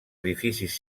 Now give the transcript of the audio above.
edificis